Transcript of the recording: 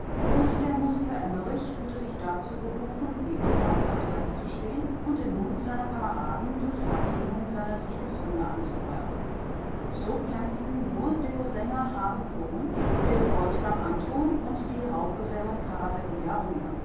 und der musiker emmerich fühlte sich dazu berufen ebenfalls abseits zu stehen und den mut seiner kameraden durch absingung seiner siegeshymne anzufeuern so kämpften nur der sänger hagen korrundt der bräutigam anton und die raubgesellen karaseck und